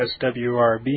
SWRB